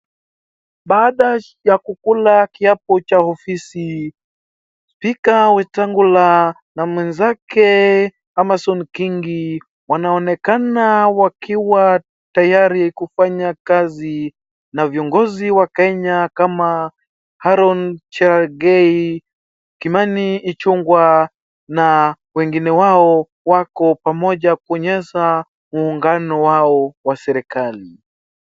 Baada ya kukula kiapo cha ofisi, speaker Wetangula na mwenzake Amason Kingi wanaonekana wakiwa tayari kufanya kazi na viongozi wa Kenya kama Aaron Chergey, Kimani Ichungwa na wengine wao wako pamoja kuonyesha muungano wao wa serikali.